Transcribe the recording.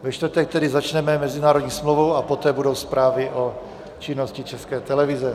Ve čtvrtek tedy začneme mezinárodní smlouvou a poté budou zprávy o činnosti České televize.